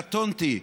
קטונתי,